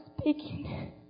speaking